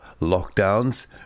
lockdowns